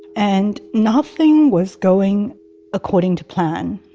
and nothing was going according to plan